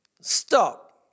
Stop